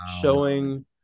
showing